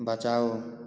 बचाओ